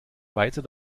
weiter